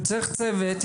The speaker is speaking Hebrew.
הוא צריך צוות,